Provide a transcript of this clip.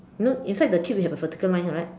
you know inside the cube you have a vertical line right